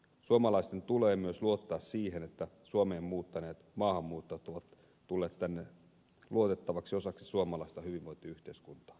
suomalaisten tulee myös luottaa siihen että suomeen muuttaneet maahanmuuttajat ovat tulleet tänne luotettavaksi osaksi suomalaista hyvinvointiyhteiskuntaa